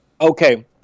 Okay